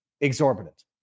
exorbitant